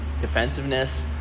defensiveness